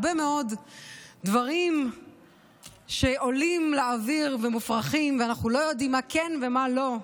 הרבה דברים עולים לאוויר ומופרחים ואנחנו לא יודעים מה כן ומה לא.